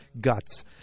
guts